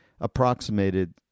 approximated